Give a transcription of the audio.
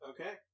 Okay